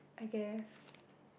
I guess